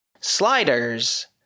Sliders